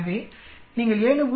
எனவே நீங்கள் 7